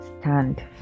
Stand